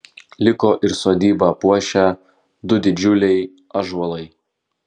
liko ir sodybą puošę du didžiuliai ąžuolai